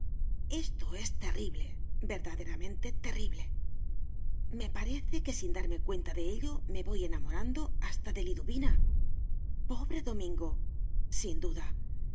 esto es terrible verdaderamente terrible me parece que sin darme cuenta de ello me voy enamorando hasta de liduvina pobre domingo sin duda